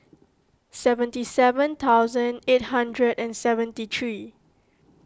seventy seven thousand eight hundred and seventy three